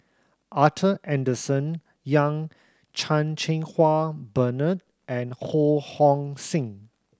Arthur Henderson Young Chan Cheng Wah Bernard and Ho Hong Sing